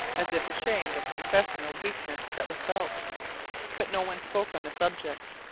as if ashamed of confessing a weakness that was felt but no one spoke on the subject.